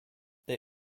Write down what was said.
they